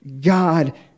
God